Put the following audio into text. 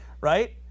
Right